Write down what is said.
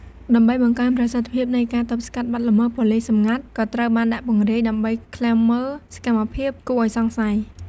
ដើម្បីបង្កើនប្រសិទ្ធភាពនៃការទប់ស្កាត់បទល្មើស ប៉ូលិសសម្ងាត់ ក៏ត្រូវបានដាក់ពង្រាយដើម្បី ឃ្លាំមើលសកម្មភាពគួរឱ្យសង្ស័យ។